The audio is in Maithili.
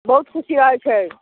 बहुत खुशी रहै छै